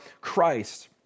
Christ